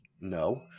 No